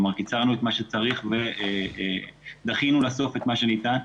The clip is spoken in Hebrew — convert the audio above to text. כלומר קיצרנו את מה שצריך ודחינו לסוף את מה שניתן.